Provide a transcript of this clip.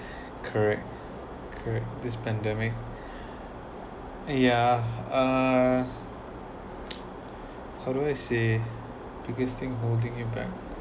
correct correct this pandemic yeah ah how do I say because thing holding you back yeah